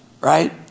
Right